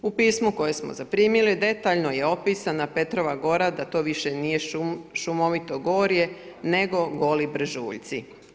U pismu koje smo zaprimili detaljno je opisana Petrova gora da to nije više šumovito gorje nego goli brežuljci.